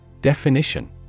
Definition